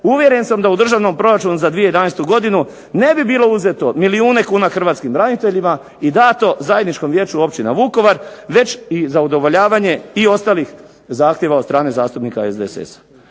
uvjeren sam da u Državnom proračunu za 2011. godinu ne bi bilo uzeto milijune kuna hrvatskim braniteljima i dato Zajedničkom vijeću općina Vukovar, već i za udovoljavanje i ostalih zahtjeva od strane zastupnika SDSS-a.